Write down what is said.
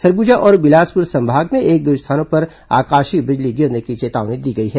सरगुजा और बिलासपुर संभाग में एक दो स्थानों पर आकाशीय बिजली गिरने की चेतावनी दी गई है